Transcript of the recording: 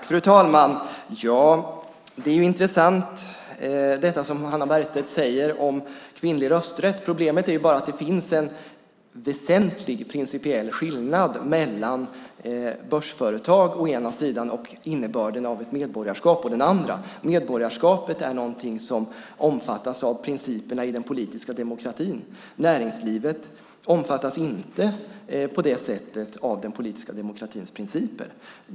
Fru talman! Det Hannah Bergstedt säger om kvinnlig rösträtt är intressant. Problemet är bara att det finns en väsentlig principiell skillnad mellan börsföretag å ena sidan och innebörden av ett medborgarskap å den andra. Medborgarskapet är någonting som omfattas av principerna i den politiska demokratin. Näringslivet omfattas inte på det sättet av den politiska demokratins principer.